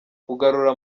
kugarura